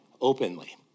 openly